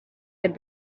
had